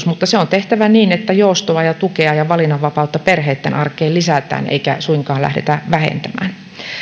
mutta se on tehtävä niin että joustoa ja tukea ja valinnanvapautta perheitten arkeen lisätään eikä suinkaan lähdetä vähentämään